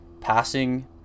passing